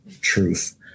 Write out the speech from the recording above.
truth